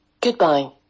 Goodbye